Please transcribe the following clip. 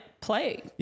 play